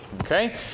Okay